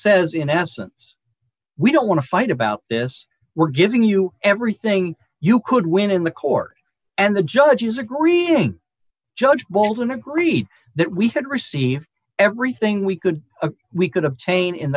says in essence we don't want to fight about this we're giving you everything you could win in the court and the judges agree a judge bolton agreed that we could receive everything we could we could obtain in